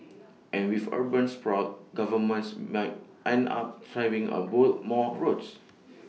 and with urban sprawl governments might end up having A build more roads